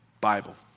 Bible